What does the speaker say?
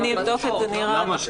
למה?